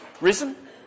risen